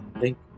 Thank